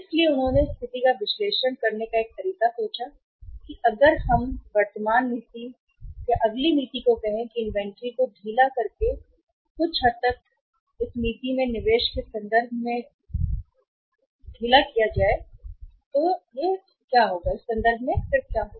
इसलिए उन्होंने स्थिति का विश्लेषण करने की सोची एक तरीका यह है कि अगर हम वर्तमान नीति से अगली नीति को कहें कि इन्वेंट्री को ढीला करके आगे बढ़ें कुछ हद तक नीति निवेश के संदर्भ में और लागत के संदर्भ में क्या होगी